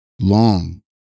long